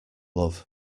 love